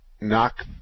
knock